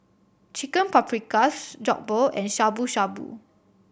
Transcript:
Chicken Paprikas Jokbal and Shabu Shabu